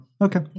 okay